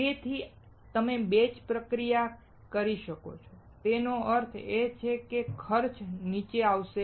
તેથી તમે બેચ પ્રક્રિયા કરી શકો છો તેનો અર્થ એ કે ખર્ચ નીચે આવશે